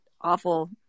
awful